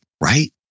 right